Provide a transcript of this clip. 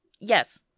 Yes